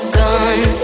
gone